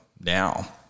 now